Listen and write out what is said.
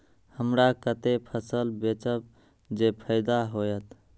हमरा कते फसल बेचब जे फायदा होयत?